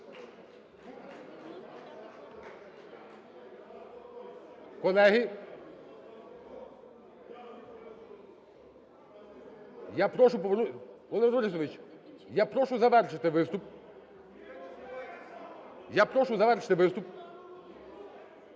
Борисович, я прошу завершити виступ. Я прошу завершити виступ.